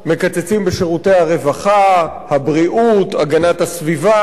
מקצצים בשירותי הרווחה, הבריאות, הגנת הסביבה,